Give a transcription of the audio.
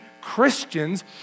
Christians